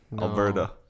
Alberta